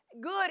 Good